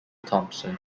thompson